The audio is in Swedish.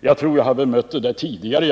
Jag tror att jag har bemött dessa påståenden tidigare.